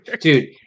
Dude